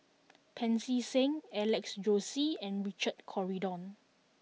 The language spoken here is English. Pancy Seng Alex Josey and Richard Corridon